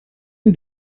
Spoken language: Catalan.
amb